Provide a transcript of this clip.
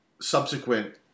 subsequent